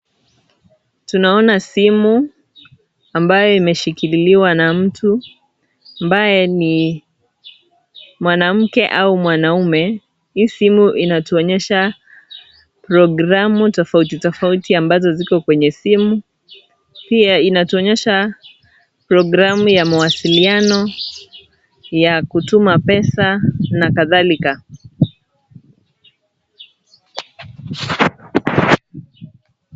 Tunaona simu ambayo imeshikiliwa na mtu ambaye ni mwanamke ama mwanaume. Hii simu inatuonyesha programu tofauti tofauti ambazo ziko kwenye simu , pia inatuonyesha programu ya mawasiliano ya kutuma pesa na kadhalika.